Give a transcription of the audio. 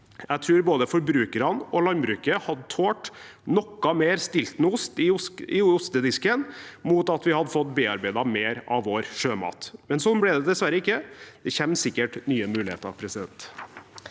Jeg tror både forbru kerne og landbruket hadde tålt noe mer stiltonost i ostedisken, mot at vi hadde fått bearbeidet mer av vår sjømat – men sånn ble det dessverre ikke. Det kommer sikkert nye muligheter. Torgeir